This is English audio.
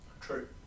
True